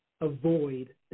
avoid